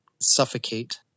suffocate